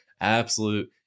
absolute